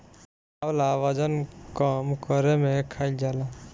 आंवला वजन कम करे में खाईल जाला